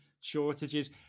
shortages